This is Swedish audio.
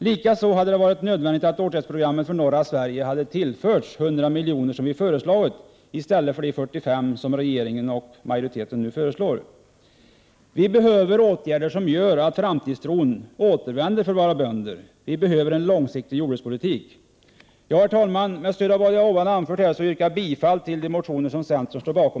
Likaså hade det varit nödvändigt att åtgärdsprogrammet för norra Sverige hade tillförts 100 miljoner, som vi föreslagit, i stället för de 45 miljoner som regeringen och majoriteten föreslår. Vi behöver åtgärder som gör att våra bönders framtidstro återvänder. Vi behöver en långsiktig jordbrukspolitik. Herr talman! Med stöd av det jag har anfört yrkar jag bifall till de reservationer som centern står bakom.